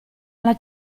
alla